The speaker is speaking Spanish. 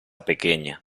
pequeña